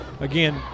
again